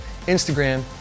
Instagram